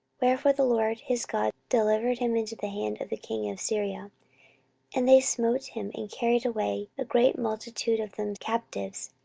wherefore the lord his god delivered him into the hand of the king of syria and they smote him, and carried away a great multitude of them captives,